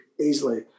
easily